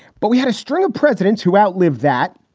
but we had a string of presidents who outlived that,